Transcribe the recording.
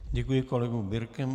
Děkuji kolegovi Birkemu.